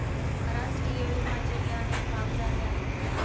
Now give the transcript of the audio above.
राष्ट्रीय विम्याचेही अनेक भाग झाले आहेत